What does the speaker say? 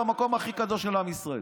במקום הכי קדוש של עם ישראל.